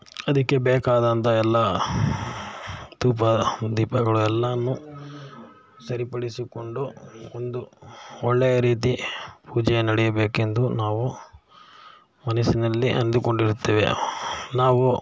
ಅದಕ್ಕೆ ಬೇಕಾದಂಥ ಎಲ್ಲ ಧೂಪ ದೀಪಗಳು ಎಲ್ಲನೂ ಸರಿಪಡಿಸಿಕೊಂಡು ಒಂದು ಒಳ್ಳೆಯ ರೀತಿ ಪೂಜೆ ನಡೆಯಬೇಕೆಂದು ನಾವು ಮನಸ್ಸಿನಲ್ಲಿ ಅಂದುಕೊಂಡಿರುತ್ತೇವೆ ನಾವು